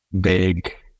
big